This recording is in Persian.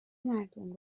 مردم